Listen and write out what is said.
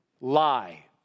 Lie